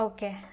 Okay